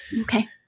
Okay